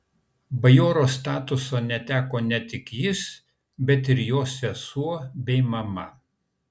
bajoro statuso neteko ne tik jis bet ir jo sesuo bei mama